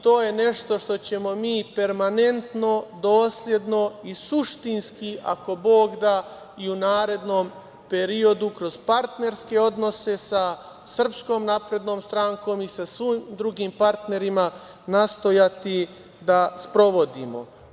To je nešto što ćemo mi permanentno, dosledno i suštinski, ako Bog da, i u narednom periodu kroz partnerske odnose sa SNS i sa svim drugim partnerima nastojati da sprovodimo.